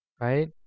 right